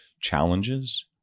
challenges